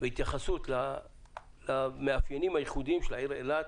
והתייחסות למאפיינים הייחודיים של העיר אילת,